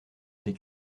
des